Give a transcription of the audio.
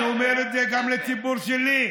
אני אומר את זה גם לציבור שלי.